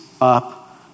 up